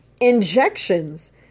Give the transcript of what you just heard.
injections